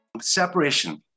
Separation